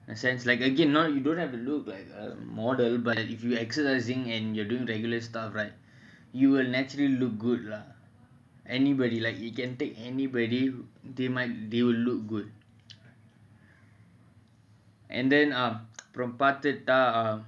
as in like again no you don't have be a model but if you're exercising and you're doing regular stuff like you will actually look good lah you can be you can take anybody and they will look good